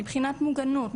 מבחינת מוגנות,